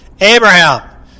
Abraham